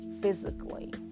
physically